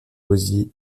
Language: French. gosier